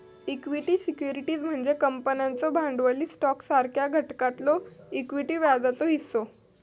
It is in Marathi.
इक्विटी सिक्युरिटी म्हणजे कंपन्यांचो भांडवली स्टॉकसारख्या घटकातलो इक्विटी व्याजाचो हिस्सो